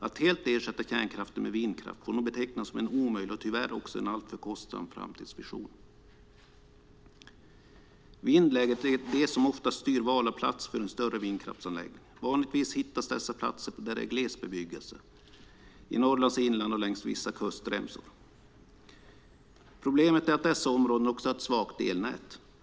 Att helt ersätta kärnkraften med vindkraft får nog betecknas som en omöjlig och tyvärr också alltför kostsam framtidsvision. Vindläget är det som oftast styr val av plats för en större vindkraftsanläggning. Vanligtvis hittas dessa platser där det är gles bebyggelse, i Norrlands inland och längs vissa kustremsor. Problemet är att dessa områden också har ett svagt elnät.